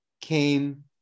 came